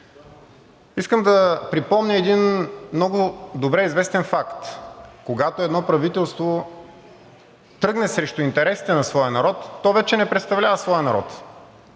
Искам да припомня един много добре известен факт. Когато едно правителство тръгне срещу интересите на своя народ, то вече не представлява своя народ.